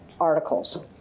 articles